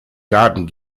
garten